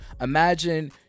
Imagine